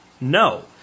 no